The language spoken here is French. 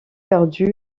perdue